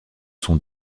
sont